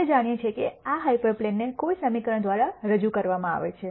આપણે જાણીએ છીએ કે આ હાયપર પ્લેનને કોઈ સમીકરણ દ્વારા રજૂ કરવામાં આવે છે